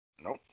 Nope